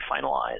finalized